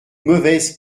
mauvaise